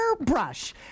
Brush